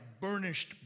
burnished